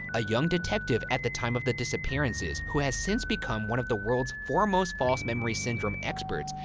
a young detective at the time of the disappearances, who has since become one of the world's foremost false memory syndrome experts,